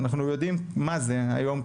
אנחנו יודעים מה זה היום,